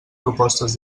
propostes